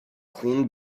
clean